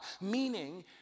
meaning